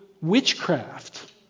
witchcraft